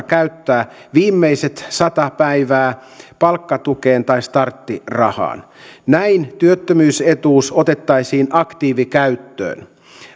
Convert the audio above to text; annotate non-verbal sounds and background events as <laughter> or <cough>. <unintelligible> käyttää viimeiset sata päivää palkkatukeen tai starttirahaan näin työttömyysetuus otettaisiin aktiivikäyttöön